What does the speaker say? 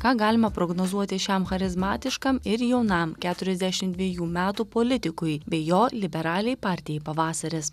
ką galima prognozuoti šiam charizmatiškam ir jaunam keturiasdešimt dvejų metų politikui bei jo liberaliai partijai pavasaris